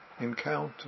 encounter